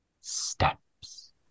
steps